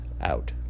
out